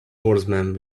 horsemen